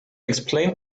explain